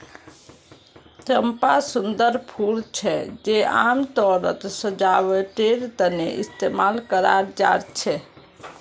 चंपा सुंदर फूल छे जे आमतौरत सजावटेर तने इस्तेमाल कराल जा छे